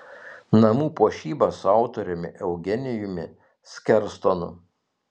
namų puošyba su autoriumi eugenijumi skerstonu